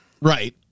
Right